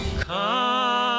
Come